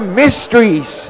mysteries